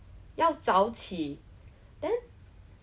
like 我没有做过所以要推自己